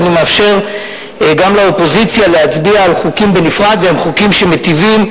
אני מאפשר גם לאופוזיציה להצביע על חוקים בנפרד והם חוקים שמיטיבים,